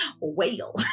Whale